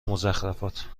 مضخرفات